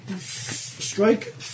Strike